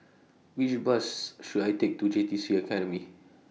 Which Bus should I Take to J T C Academy